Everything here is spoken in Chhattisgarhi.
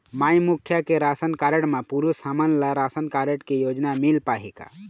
माई मुखिया के राशन कारड म पुरुष हमन ला राशन कारड से योजना मिल पाही का?